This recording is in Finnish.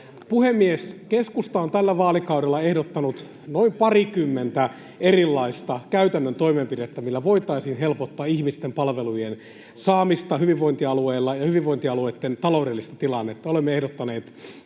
Puhemies! Keskusta on tällä vaalikaudella ehdottanut noin pariakymmentä erilaista käytännön toimenpidettä, millä voitaisiin helpottaa ihmisten palvelujen saamista hyvinvointialueilla ja hyvinvointialueitten taloudellista tilannetta. Olemme ehdottaneet